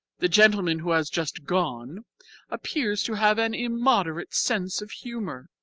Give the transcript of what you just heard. the gentleman who has just gone appears to have an immoderate sense of humour.